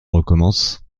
recommence